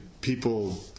people